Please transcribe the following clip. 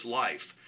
life